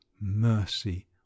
Mercy